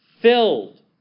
filled